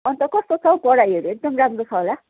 अन्त कस्तो छ हौ पढाइहरू एकदम राम्रो छ होला